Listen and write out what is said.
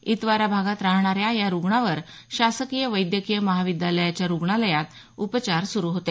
इतवारा भागात राहणाऱ्या या रुग्णावर शासकीय वैद्यकीय महाविद्यालयाच्या रुग्णालयात उपचार सुरू होते